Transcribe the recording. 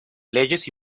leyes